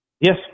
Yes